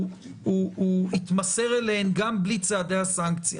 הוא יתמסר אליהן גם בלי צעדי הסנקציה.